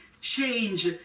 change